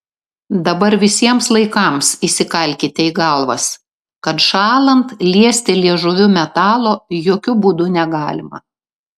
dabar visiems laikams įsikalkite į galvas kad šąlant liesti liežuviu metalo jokiu būdu negalima